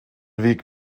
weg